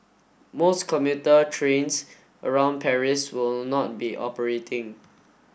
most commuter trains around Paris will not be operating